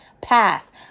Pass